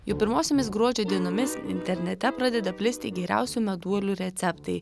jau pirmosiomis gruodžio dienomis internete pradeda plisti geriausių meduolių receptai